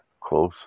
close